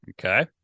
Okay